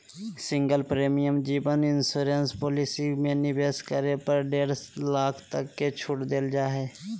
single premium जीवन insurance policy में निवेश करे पर डेढ़ लाख तक के छूट देल जा हइ